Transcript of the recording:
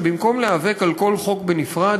שבמקום להיאבק על כל חוק בנפרד,